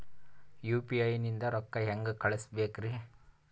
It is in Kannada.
ಯು.ಪಿ.ಐ ನಿಂದ ರೊಕ್ಕ ಹೆಂಗ ಕಳಸಬೇಕ್ರಿ?